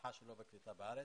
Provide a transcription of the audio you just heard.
בהצלחה שלו בקליטה בארץ.